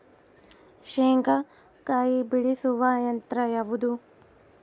ಶೇಂಗಾಕಾಯಿ ಬಿಡಿಸುವ ಯಂತ್ರ ಯಾವುದು?